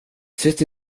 sitt